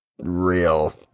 real